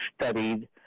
studied